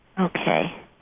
okay